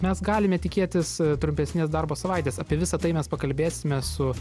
mes galime tikėtis trumpesnės darbo savaitės apie visa tai mes pakalbėsime su